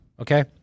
okay